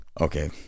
Okay